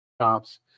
shops